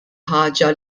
ħaġa